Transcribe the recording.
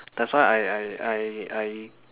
that's why I I I I